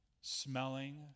smelling